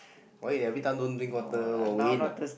why you every time don't drink water got wind ah